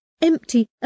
empty